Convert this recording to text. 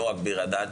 לא רק ביר הדאג׳,